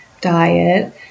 diet